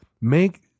make